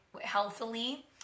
healthily